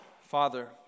Father